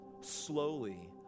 slowly